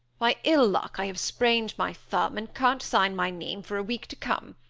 by ill luck i have sprained my thumb, and can't sign my name for a week to come.